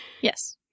Yes